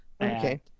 Okay